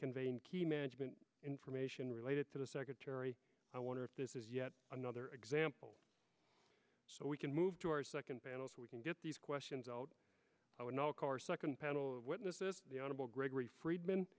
conveying key management information related to the secretary i wonder if this is yet another example so we can move to our second panel so we can get these questions out i would know of course second panel of witnesses the honorable gregory freedman